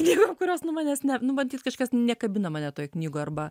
jeigu kurios nuomonės ne nu matyt kažkas nekabina mane toj knygoj arba